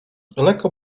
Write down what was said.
lekko